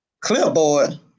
Clipboard